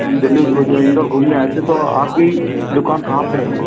दिल्ली घूमने इधर घूमने आए थे तो आपकी दुकान कहाँ पर है